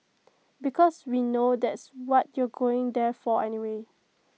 because we know that's what you're going there for anyway